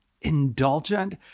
indulgent